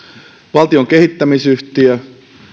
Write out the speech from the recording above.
valtion kehittämisyhtiö